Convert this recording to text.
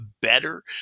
better